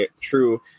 true